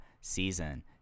season